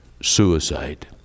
suicide